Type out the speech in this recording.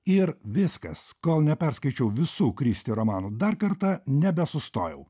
ir viskas kol neperskaičiau visų kristi romanų dar kartą nebesustojau